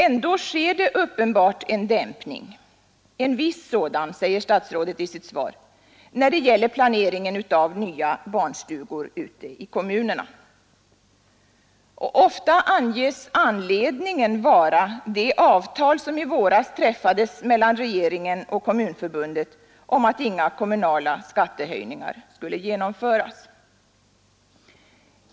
Ändå sker det uppenbart en dämpning statsrådet säger i sitt svar ”en viss dämpning” — när det gäller planeringen av nya barnstugor ute i kommunerna. Ofta anges anledningen vara det avtal som i våras träffades mellan regeringen och Kommunförbundet om att inga kommunala skattehöjningar skulle genomföras.